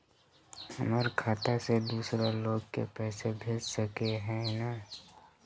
हमर खाता से दूसरा लोग के पैसा भेज सके है ने?